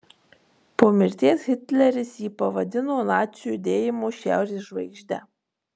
po mirties hitleris jį pavadino nacių judėjimo šiaurės žvaigžde